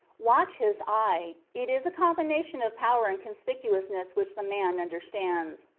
watch his eye. it is a combination of power and conspicuousness which the man understands.